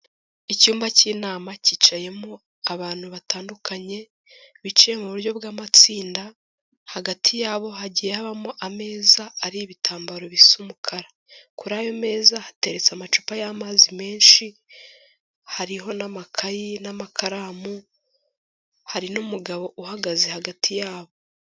Icyumba cy'inama cyicayemo abantu batandukanye, bicaye mu buryo bw'amatsinda, hagati yabo hagiye habamo ameza ariho ibitambaro bisa umukara. Kuri ayo meza hateretse amacupa y'amazi menshi, hariho n'amakayi n'amakaramu, hari n'umugabo uhagaze hagati yabo.